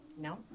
No